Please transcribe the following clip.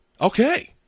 okay